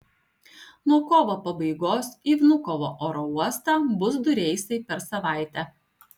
nuo kovo pabaigos į vnukovo oro uostą bus du reisai per savaitę